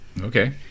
okay